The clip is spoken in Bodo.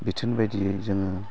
बिथोन बायदियै जोङो